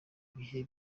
bihe